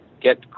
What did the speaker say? get